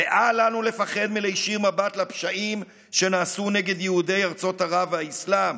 ואל לנו לפחד מלהישיר מבט לפשעים שנעשו נגד יהודי ארצות ערב והאסלאם,